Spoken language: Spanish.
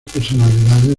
personalidades